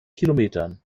kilometern